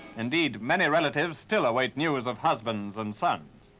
indeed, many relatives still await news of husbands and sons.